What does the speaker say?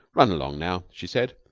run along now, she said.